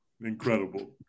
Incredible